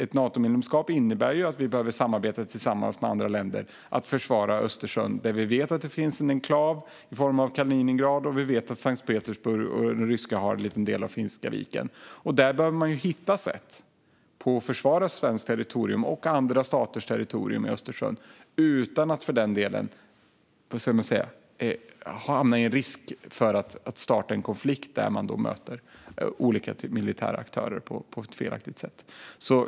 Ett Natomedlemskap innebär ju att vi behöver samarbeta med andra länder för att försvara Östersjön, där det finns en rysk enklav i form av Kaliningrad och där ryska Sankt Petersburg har en liten del av Finska viken. Där behöver man hitta sätt att försvara svenskt territorium och andra staters territorium i Östersjön utan att för den skull riskera att starta en konflikt där man möter olika militära aktörer på ett felaktigt sätt.